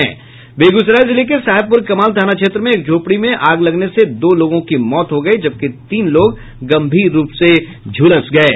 बेगूसराय जिले के साहेबपुर कमाल थाना क्षेत्र में एक झोपड़ी में आग लगने से दो लोगों की मौत हो गयी जबकि तीन लोग गम्भीर रूप से झुलस गये